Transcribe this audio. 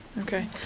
Okay